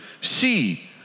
see